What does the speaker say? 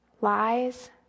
lies